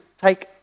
take